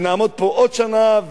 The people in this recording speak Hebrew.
ונעמוד פה עוד שנה,